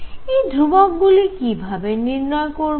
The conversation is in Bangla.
এই ধ্রুবকগুলি কি ভাবে নির্ণয় করব